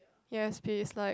yes he is like